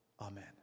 Amen